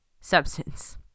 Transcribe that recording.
substance